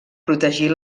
protegir